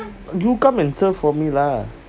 you come and serve for me lah